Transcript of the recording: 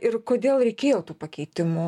ir kodėl reikėjo tų pakeitimų